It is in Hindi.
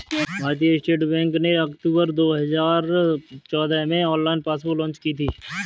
भारतीय स्टेट बैंक ने अक्टूबर दो हजार चौदह में ऑनलाइन पासबुक लॉन्च की थी